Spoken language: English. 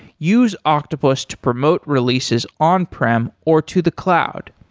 use octopus to promote releases on prem or to the cloud.